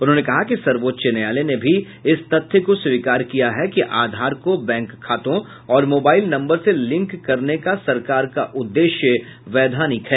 उन्होंने कहा कि सर्वोच्च न्यायालय ने भी इस तथ्य को स्वीकार किया है कि आधार को बैंक खातों और मोबाईल नम्बर से लिंक करने का सरकार का उद्देश्य वैधानिक है